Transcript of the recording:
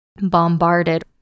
bombarded